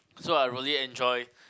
so I really enjoy